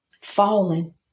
falling